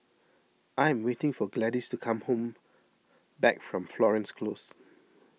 I am waiting for Gladys to come home back from Florence Close